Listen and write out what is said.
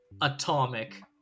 atomic